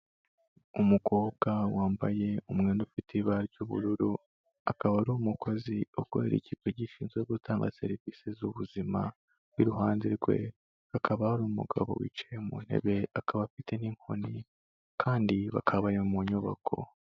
Umukobwa wambaye umwenda ufite ibara ry'ubururu, akaba ari umukozikora ikigo gishinzwe gutanga serivisi z'ubuzima, iruhande rwe hakaba hari umugabo wicaye mu ntebe, akaba afite n'inkoni kandi bakaba bari mu nyubako.